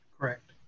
Correct